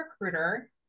recruiter